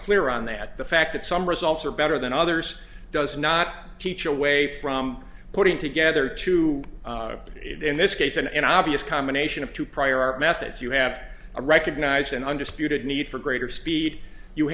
clear on that the fact that some results are better than others does not teach away from putting together two in this case and an obvious combination of two prior methods you have to recognize an undisputed need for greater speed you